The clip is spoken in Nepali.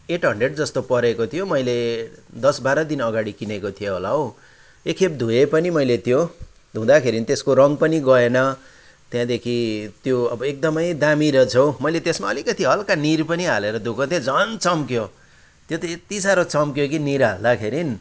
एट हन्ड्रेड जस्तो परेको थियो मैले दस बाह्र दिन अघाडि किनेको थिएँ होला हौ एकखेप धोएँ पनि मैले त्यो धुँदाखेरि त्यसको रङ पनि गएन त्यहाँदेखि त्यो अब एकदमै दामी रहेछ हौ मैले त्यसमा अलिकति हल्का निर पनि हालेर धोएको थिएँ झन् चम्क्यो त्यो त यत्ति साह्रो चम्क्यो कि निर हाल्दाखेरि